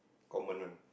common one